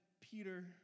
Peter